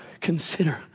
Consider